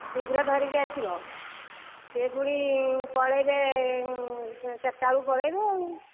ଶୀଘ୍ର ଧରିକି ଆସିବ ସେ ପୁଣି ପଳେଇବେ ଚାରିଟା ବେଳକୁ ପଳେଇବେ ଆଉ